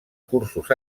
cursos